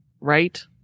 right